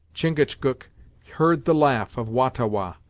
chingachgook heard the laugh of wah-ta-wah,